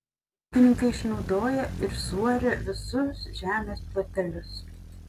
ūkininkai išnaudoja ir suaria visus žemės plotelius